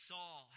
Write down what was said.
Saul